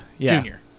Junior